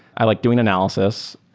i liked doing analysis.